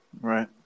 Right